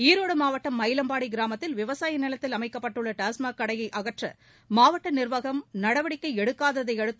ஈரோடு மாவட்டம் மயிலம்பாடி கிராமத்தில் விவசாய நிலத்தில் அமைக்கப்பட்டுள்ள டாஸ்மாக் கடையை அகற்ற மாவட்ட நிர்வாகம் நடவடிக்கை எடுக்காததை அடுத்து